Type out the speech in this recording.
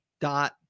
Dot